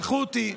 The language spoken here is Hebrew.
שלחו אותי,